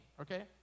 okay